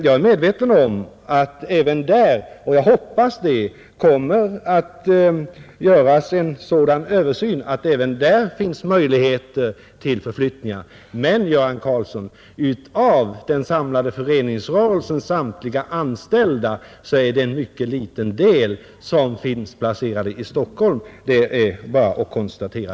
Jag hoppas att det kommer att göras en översyn och att det även där skall finnas möjligheter till förflyttningar. Men, Göran Karlsson, av den samlade föreningsrörelsens anställda är det en mycket liten del som är placerad i Stockholm. Det är bara att konstatera,